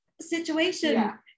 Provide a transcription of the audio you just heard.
situation